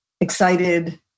excited